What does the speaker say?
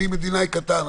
אני מדינאי קטן.